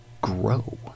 grow